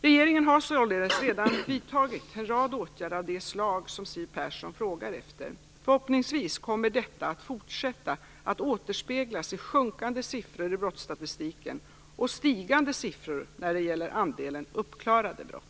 Regeringen har således redan vidtagit en rad åtgärder av det slag som Siw Persson frågar efter. Förhoppningsvis kommer detta att fortsätta återspeglas i sjunkande siffror i brottsstatistiken och stigande siffror när det gäller andelen uppklarade brott.